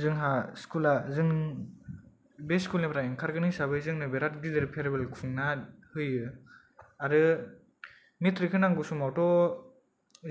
जोंहा स्कुला जों बे स्कुलनिफ्राय ओंखारगोन हिसाबै जोंनो बिराद गिदिर फेरवेल खुंना होयो आरो मेट्रिक होनांगौ समावथ'